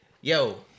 yo